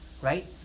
right